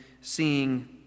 seeing